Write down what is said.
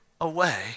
away